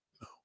no